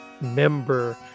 member